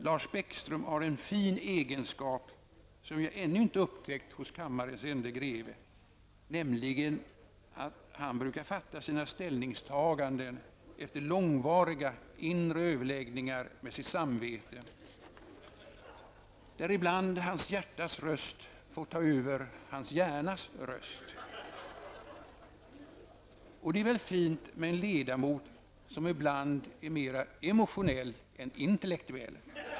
Lars Bäckström har en fin egenskap som jag ännu inte har upptäckt hos kammarens ende greve, nämligen att han brukar fatta sina ställningstaganden efter långvariga inre överläggningar med sitt samvete, där ibland hans hjärtas röst får ta över hans hjärnas röst. Och det är väl fint med en ledamot som ibland är mer emotionell än intellektuell!